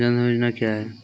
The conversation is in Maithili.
जन धन योजना क्या है?